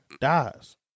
dies